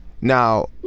now